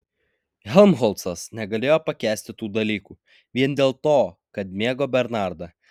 helmholcas negalėjo pakęsti tų dalykų vien dėl to kad mėgo bernardą